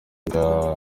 bwa